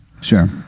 Sure